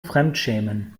fremdschämen